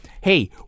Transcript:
hey